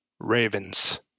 Ravens